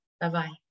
Bye-bye